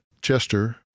Chester